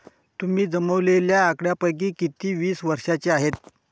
तुम्ही जमवलेल्या आकड्यांपैकी किती वीस वर्षांचे आहेत?